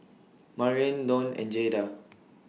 Maryanne Donn and Jaeda